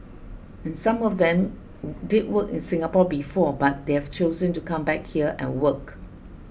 and some of them did work in Singapore before but they've chosen to come back here and work